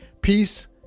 Peace